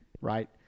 right